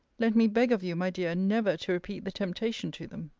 let me beg of you, my dear, never to repeat the temptation to them.